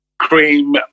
Cream